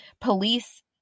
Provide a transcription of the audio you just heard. police